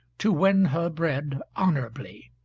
to win her bread honourably.